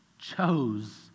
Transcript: chose